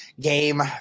game